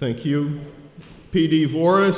thank you